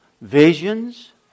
visions